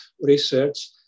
research